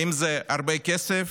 האם זה הרבה כסף?